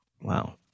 Wow